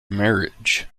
marriage